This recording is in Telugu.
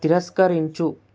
తిరస్కరించు